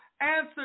answer